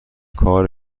کار